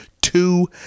two